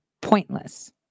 Pointless